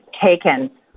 taken